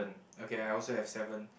okay I also have seven